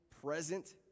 present